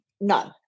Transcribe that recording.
No